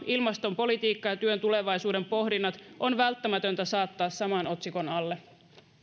ilmastopolitiikka ja työn tulevaisuuden pohdinnat on välttämätöntä saattaa saman otsikon alle